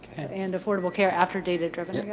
and affordable care after data-driven,